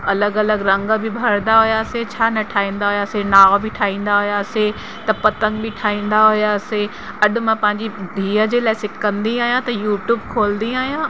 अलॻि अलॻि रंग बि भरंदा हुयासीं छा न ठाहींदा हुयासीं नाव बि ठाहींदा हुयासीं त पतंग बि ठाहींदा हुयासीं अॼु मां पंहिंजी धीअ जे लाइ सिकंदी आहियां त यूट्यूब खोलंदी आहियां